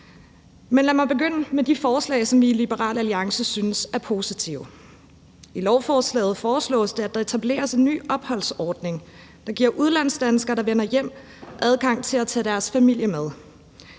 Men lad mig begynde med de forslag, som vi i Liberal Alliance synes er positive. I lovforslaget foreslås det, at der etableres en ny opholdsordning, der giver udlandsdanskere, der vender hjem, adgang til at tage deres familie med.